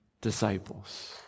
disciples